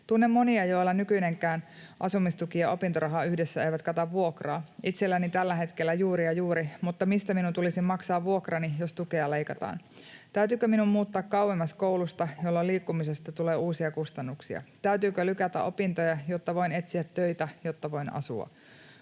Tunnen monia, joilla nykyinenkään asumistuki ja opintoraha yhdessä eivät kata vuokraa, itselläni tällä hetkellä juuri ja juuri, mutta mistä minun tulisi maksaa vuokrani, jos tukea leikataan? Täytyykö minun muuttaa kauemmas koulusta, jolloin liikkumisesta tulee uusia kustannuksia? Täytyykö lykätä opintoja, jotta voin etsiä töitä, jotta voin asua?